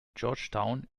georgetown